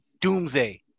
Doomsday